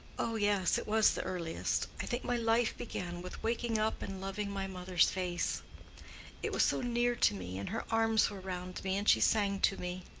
oh, yes, it was the earliest. i think my life began with waking up and loving my mother's face it was so near to me, and her arms were round me, and she sang to me.